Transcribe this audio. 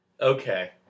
Okay